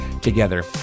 together